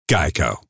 Geico